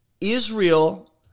Israel